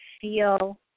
feel